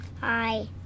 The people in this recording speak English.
Hi